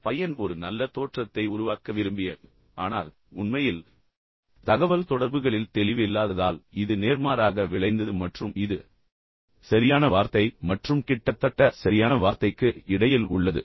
ஒரு பையன் ஒரு நல்ல தோற்றத்தை உருவாக்க விரும்பிய ஆனால் உண்மையில் தகவல்தொடர்புகளில் தெளிவு இல்லாததால் இது நேர்மாறாக விளைந்தது மற்றும் இது சரியான வார்த்தை மற்றும் கிட்டத்தட்ட சரியான வார்த்தைக்கு இடையில் உள்ளது